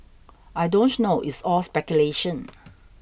I don't know it's all speculation